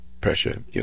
pressure